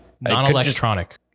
non-electronic